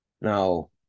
Now